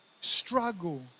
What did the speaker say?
struggle